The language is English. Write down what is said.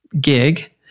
gig